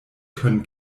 können